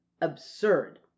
Absurd